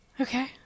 Okay